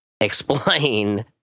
explain